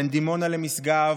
בין דימונה למשגב,